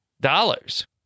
dollars